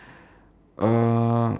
uh